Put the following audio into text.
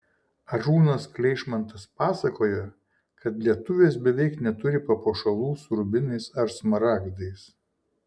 arūnas kleišmantas pasakojo kad lietuvės beveik neturi papuošalų su rubinais ar smaragdais